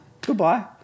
Goodbye